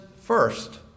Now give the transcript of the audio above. first